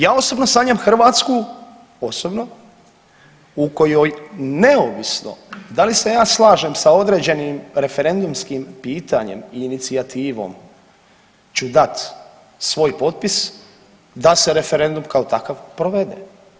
Ja osobno sanjam Hrvatsku, osobno u kojoj neovisno da li se ja slažem sa određenim referendumskim pitanjem i inicijativom ću dati svoj potpis da se referendum kao takav provede.